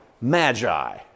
magi